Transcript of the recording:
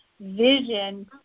vision